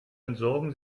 entsorgen